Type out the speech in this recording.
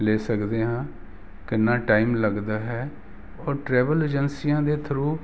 ਲੇ ਸਕਦੇ ਹਾਂ ਕਿੰਨਾ ਟਾਈਮ ਲੱਗਦਾ ਹੈ ਉਹ ਟਰੈਵਲ ਏਜੰਸੀਆਂ ਦੇ ਥਰੂ